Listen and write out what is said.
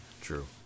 True